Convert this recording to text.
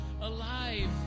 alive